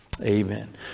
amen